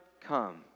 come